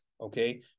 okay